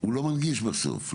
הוא לא מנגיש בסוף.